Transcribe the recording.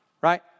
Right